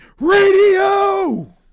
Radio